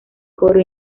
coro